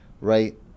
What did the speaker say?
right